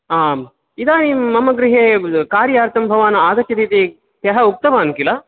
आम् इदानीं मम गृहे कार्यार्थं भवान् आगच्छति इति ह्यः उक्तवान् किल